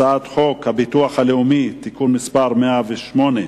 הצעת חוק הביטוח הלאומי (תיקון מס' 108)